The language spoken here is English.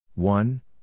One